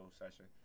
session